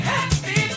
Happy